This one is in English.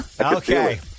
Okay